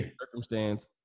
circumstance